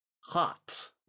hot